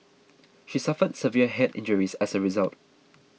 she suffered severe head injuries as a result